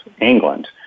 England